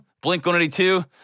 Blink-182